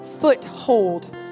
foothold